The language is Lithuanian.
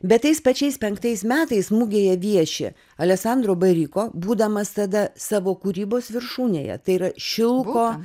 bet tais pačiais penktais metais mugėje vieši alesandro bariko būdamas tada savo kūrybos viršūnėje tai yra šilko